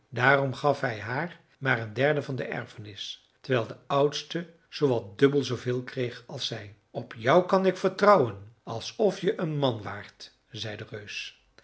daarom gaf hij haar maar een derde van de erfenis terwijl de oudste zoowat dubbel zooveel kreeg als zij op jou kan ik vertrouwen alsof je een man waart zei de reus